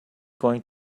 going